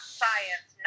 science